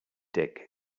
dick